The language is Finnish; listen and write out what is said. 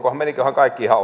meniköhän kaikki ihan